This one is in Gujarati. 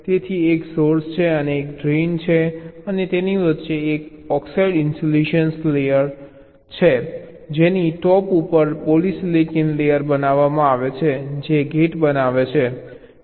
તેથી એક સોર્સ છે એક ડ્રેઇન છે અને તેની વચ્ચે એક ઓક્સાઇડ ઇન્સ્યુલેશન લેયર છે જેની ટોપ ઉપર પોલિસિલિકન લેયર બનાવવામાં આવે છે જે ગેટ બનાવે છે